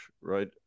right